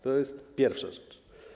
To jest pierwsza rzecz.